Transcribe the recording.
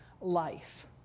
Life